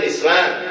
Islam